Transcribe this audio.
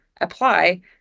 apply